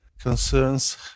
concerns